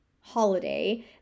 holiday